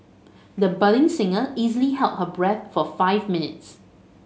the budding singer easily held her breath for five minutes